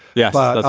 yeah.